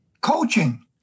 Coaching